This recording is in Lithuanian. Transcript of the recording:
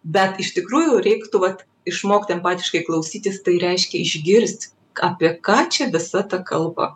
bet iš tikrųjų reiktų vat išmokt empatiškai klausytis tai reiškia išgirst apie ką čia visa ta kalba